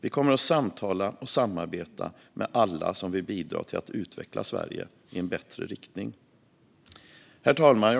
Vi kommer att samtala och samarbeta med alla som vill bidra till att utveckla Sverige i en bättre riktning. Herr talman!